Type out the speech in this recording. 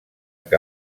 que